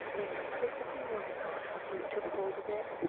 and it was perfectly wonderful how he took hold of it.